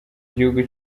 igihugu